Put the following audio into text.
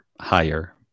higher